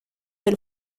del